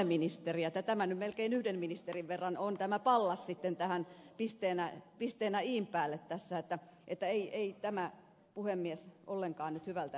tämä pallas nyt sitten on melkein yhden ministerin verran tässä pisteenä iin päälle niin että ei tämä puhemies ollenkaan nyt hyvältä näytä